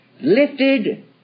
lifted